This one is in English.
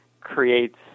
creates